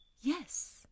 Yes